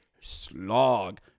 slog